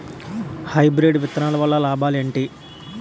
Hybrid విత్తనాలు వల్ల లాభాలు ఏంటి?